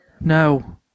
No